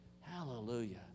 Hallelujah